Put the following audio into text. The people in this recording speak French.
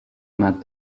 main